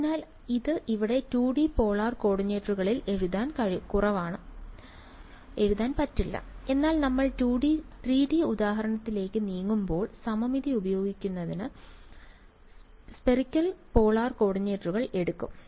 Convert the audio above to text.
അതിനാൽ ഇത് ഇവിടെ 2 D പോളാർ കോർഡിനേറ്റുകളിൽ എഴുതുക കുറവാണ് എന്നാൽ നമ്മൾ 3D ഉദാഹരണത്തിലേക്ക് നീങ്ങുമ്പോൾ സമമിതി ഉപയോഗിക്കുന്നതിന് സ്ഫീയറിക്കൽ പോളാർ കോർഡിനേറ്റുകൾ എടുക്കും നന്നായി